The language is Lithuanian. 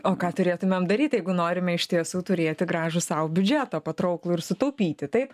o ką turėtumėm daryt jeigu norime iš tiesų turėti gražų sau biudžetą patrauklų ir sutaupyti taip